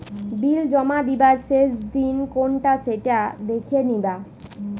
বিল জমা দিবার শেষ দিন কোনটা সেটা দেখে নিবা